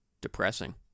depressing